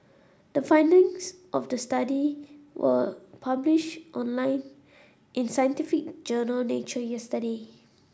the findings of the study were published online in scientific journal Nature yesterday